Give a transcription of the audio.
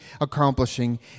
accomplishing